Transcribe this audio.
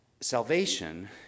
salvation